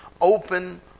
Open